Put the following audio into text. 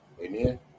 Amen